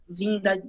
vinda